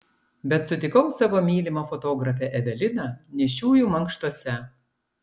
bet sutikau savo mylimą fotografę eveliną nėščiųjų mankštose